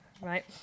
right